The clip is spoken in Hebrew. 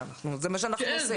זה מה שאנחנו עושים.